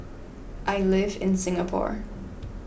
I live in Singapore